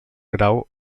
grau